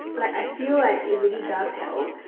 like, i feel like it really does help.